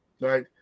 right